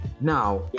now